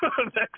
next